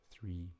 three